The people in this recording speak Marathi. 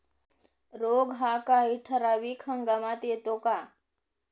रोग हा काही ठराविक हंगामात येतो का?